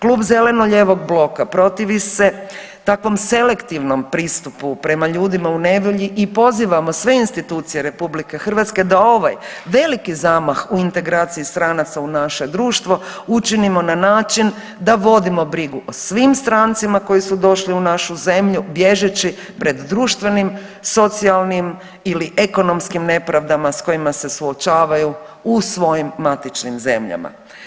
Klub zeleno-lijevog bloka protivi se takvom selektivnom pristupu prema ljudima u nevolji i pozivamo sve institucije RH da ovaj veliki zamah u integraciji stranaca u naše društvo učinimo na način da vodimo brigu o svim strancima koji su došli u našu zemlju bježeći pred društvenim, socijalnim ili ekonomskim nepravdama s kojima se suočavaju u svojim matičnim zemljama.